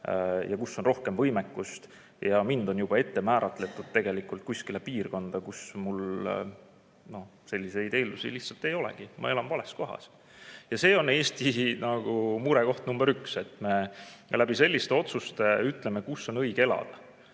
ja kus on rohkem võimekust. Mind on juba ette määratletud kuskile piirkonda, kus mul selliseid eeldusi lihtsalt ei ole. Ma elan vales kohas. See on Eestis murekoht number üks, et me selliste otsustega ütleme, kus on õige elada,